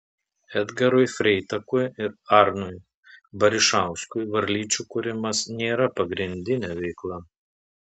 edgarui freitakui ir arnui barišauskui varlyčių kūrimas nėra pagrindinė veikla